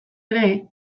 ere